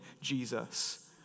Jesus